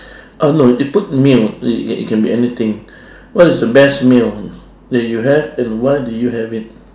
oh no it put meal it it can be anything what is the best meal that you have and why did you have it